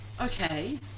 okay